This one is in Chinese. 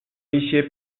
一些